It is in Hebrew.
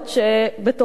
שבתוכה,